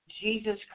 Jesus